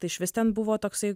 tai išvis ten buvo toksai